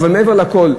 אבל מעבר לכול,